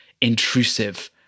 intrusive